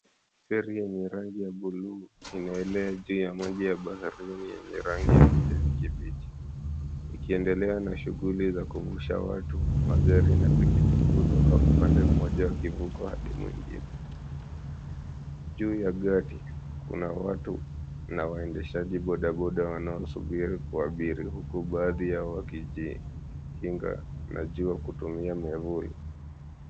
Ferri yenye rangi ya blue inaelea juu ya maji ya baharini yenye rangi ya kijani kibichi ikiendelea na shughuli ya kuvusha watu, magari na pikipiki kutoka upande mmoja wa kivuko hadi mwingine. Juu ya gari, kuna watu na waendeshaji bodaboda wanaosubiri kuabiri huku baadhi yao wakijikinga na jua kutumia miavuli.